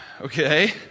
Okay